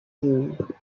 sehen